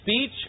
speech